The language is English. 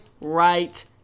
right